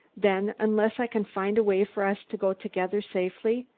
then, unless i can find a way for us to go together safely,